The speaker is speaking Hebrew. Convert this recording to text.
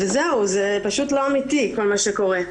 זהו, זה פשוט לא אמיתי כל מה שקורה.